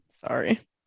Sorry